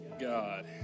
God